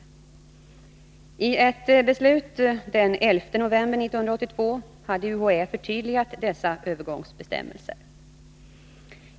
I ett beslut den 11 november 1982 har UHÄ förtydligat dessa övergångsbestämmelser.